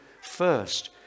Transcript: first